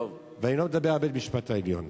ואני לא מדבר על בית-המשפט העליון.